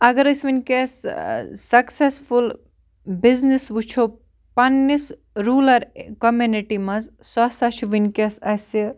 اگَر أسۍ وٕنۍکٮ۪س successful business وٕچھو پَنٛنِس روٗلَر کۄمِنِٹی مَنٛز سُہ ہَسا چھُ وٕنۍکٮ۪س اَسہِ